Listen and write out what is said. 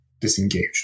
disengaged